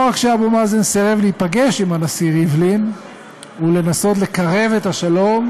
לא רק שאבו מאזן סירב להיפגש עם הנשיא ריבלין ולנסות לקרב את השלום,